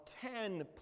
ten